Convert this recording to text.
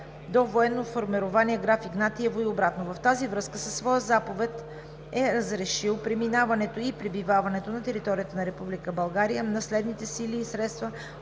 до военно формирование „Граф Игнатиево“ и обратно. В тази връзка със своя заповед е разрешил преминаването и пребиваването на територията на Република България на следните сили и средства